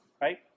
Right